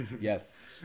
yes